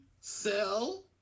sell